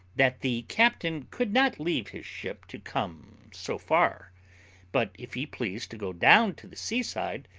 that the captain could not leave his ship to come so far but if he pleased to go down to the seaside,